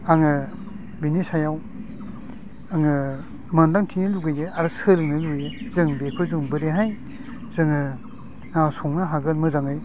आङो बिनि सायाव आङो मानोना मिथिनो लुबैयो आरो सोलोंनो लुबैयो जों बेखौ जों बोरैहाय जोङो संनो हागोन मोजाङै